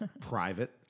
private